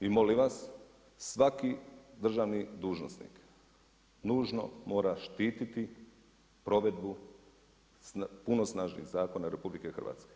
I molim vas, svaki državni dužnosnik nužno mora štititi provedbu punosnažnih zakona RH.